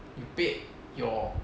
you paid your